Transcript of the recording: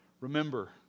remember